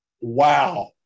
wow